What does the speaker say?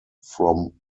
from